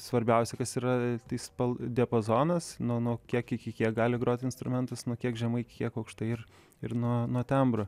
svarbiausia kas yra tai spal diapazonas nuo nuo kiek iki kiek gali groti instrumentas nuo kiek žemai iki kiek aukštai ir ir nuo nuo tembro